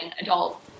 adult